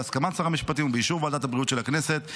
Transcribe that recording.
בהסכמת שר המשפטים ובאישור ועדת הבריאות של הכנסת,